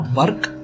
work